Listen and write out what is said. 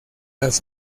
las